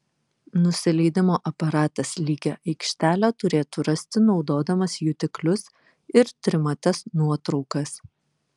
nusileidimo aparatas lygią aikštelę turėtų rasti naudodamas jutiklius ir trimates nuotraukas